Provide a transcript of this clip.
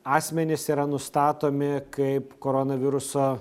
asmenys yra nustatomi kaip koronaviruso